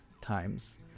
times